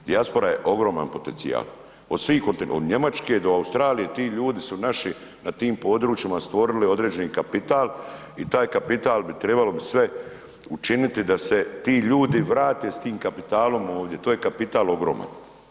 Dijaspora je ogroman potencijal, od svih, od Njemačke do Australije, ti ljudi su naši na tim područjima stvorili određeni kapital i taj kapital bi trebalo bi sve učiniti da se ti ljudi vrate s tim kapitalom ovdje, to je kapital ogroman.